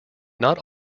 not